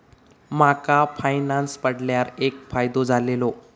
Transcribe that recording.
माका फायनांस पडल्यार पण फायदो झालेलो